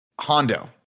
Hondo